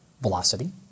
velocity